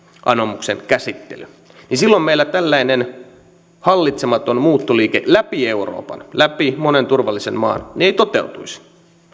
anomuksen käsittely niin silloin meillä tällainen hallitsematon muuttoliike läpi euroopan läpi monen turvallisen maan ei toteutuisi